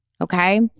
Okay